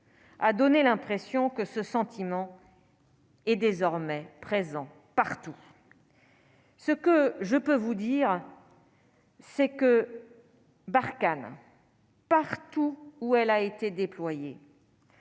à donner l'impression que ce sentiment. Est désormais présent partout, ce que je peux vous dire, c'est que Barkhane partout où elle a été déployé,